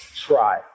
try